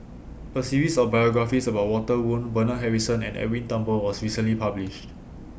A series of biographies about Walter Woon Bernard Harrison and Edwin Thumboo was recently published